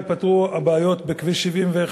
ייפתרו הבעיות בכביש 71,